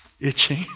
itching